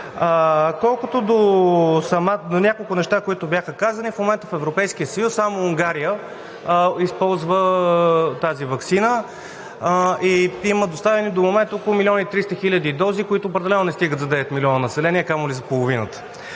Колкото до няколко неща, които бяха казани. В момента в Европейския съюз само Унгария използва тази ваксина и има доставени до момента около 1 млн. 300 хиляди дози, които определено не стигат за 9 милиона население, камо ли за половината.